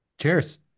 Cheers